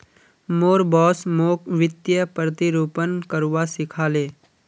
मोर बॉस मोक वित्तीय प्रतिरूपण करवा सिखा ले